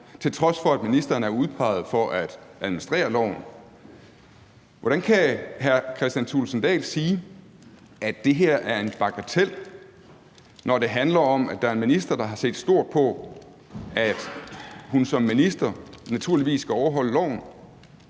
til trods for at ministeren er udpeget for at administrere loven. Hvordan kan hr. Kristian Thulesen Dahl sige, at det her er en bagatel, når det handler om, at der er en minister, der har set stort på, at hun som minister naturligvis skal overholde loven?